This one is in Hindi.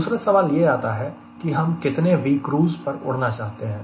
दूसरा सवाल यह आता है की हम कितने Vcruise पर उड़ना चाहते हैं